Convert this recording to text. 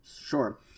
sure